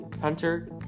Hunter